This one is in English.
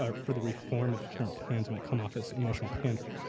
ah for the reform of the current plans may come off as emotional pandering.